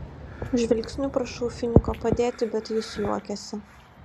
žvilgsniu prašau finiko padėti bet jis juokiasi